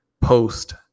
post